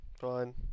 Fine